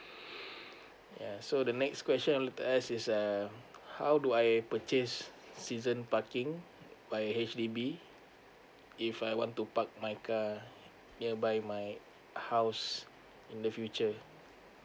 ya so the next question I'd like to ask is uh how do I say purchase season parking by H_D_B if I want to park my car uh nearby my house in the future